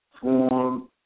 form